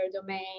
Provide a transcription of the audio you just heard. domain